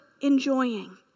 enjoying